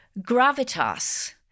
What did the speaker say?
Gravitas